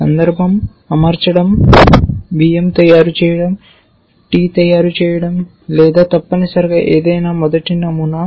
సందర్భం అమర్చడం బియ్యం తయారు చేయడం టీ తయారు చేయడం లేదా తప్పనిసరిగా ఏదైనా మొదటి నమూనా